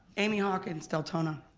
amy hawkins, deltona.